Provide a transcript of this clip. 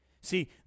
See